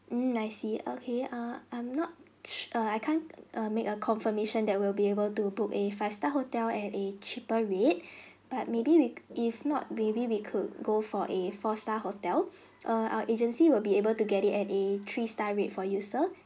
mm I see okay err I'm not shh err I can't err make a confirmation that we'll be able to book a five star hotel at a cheaper rate but maybe with if not maybe we could go for a four star hotel err our agency will be able to get it at a three star rate for you sir